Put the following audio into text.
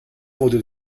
wurde